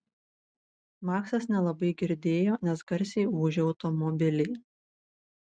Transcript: maksas nelabai girdėjo nes garsiai ūžė automobiliai